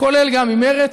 גם ממרצ,